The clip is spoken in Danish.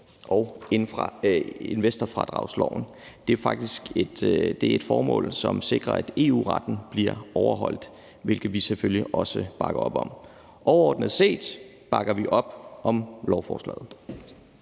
og investorfradragsloven. Det er et formål, som sikrer, at EU-retten bliver overholdt, hvilket vi selvfølgelig også bakker op om. Overordnet set bakker vi op om lovforslaget.